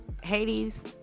Hades